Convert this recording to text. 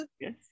Yes